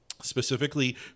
Specifically